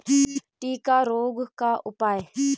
टिक्का रोग का उपाय?